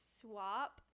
swap